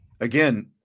again